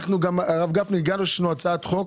והגשנו הצעת חוק,